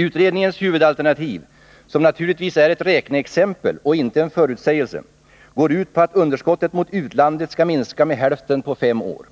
Utredningens huvudalternativ, som naturligtvis är ett räkneexempel och inte en förutsägelse, går ut på att underskottet mot utlandet skall minska med hälften på fem år.